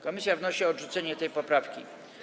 Komisja wnosi o odrzucenie tej poprawki.